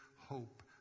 hope